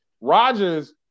Rogers